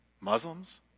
Muslims